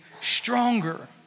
stronger